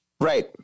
Right